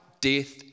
death